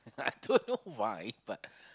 I don't know why but